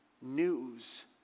news